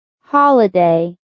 Holiday